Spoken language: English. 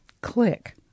Click